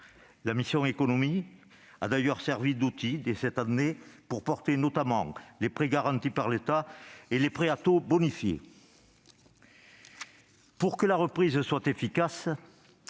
La mission « Économie » a d'ailleurs servi d'outil, dès cette année, notamment pour porter les prêts garantis par l'État et les prêts à taux bonifiés. Pour que la reprise soit efficace,